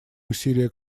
усилия